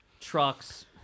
trucks